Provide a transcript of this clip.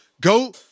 go